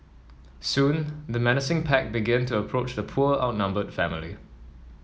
soon the menacing pack began to approach the poor outnumbered family